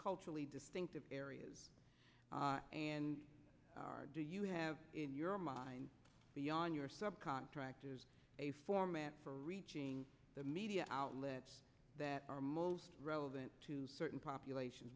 culturally distinctive areas and do you have in your mind beyond your sub contractors a format for the media outlets that are most relevant to certain populations